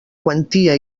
quantia